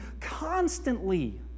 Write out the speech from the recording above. constantly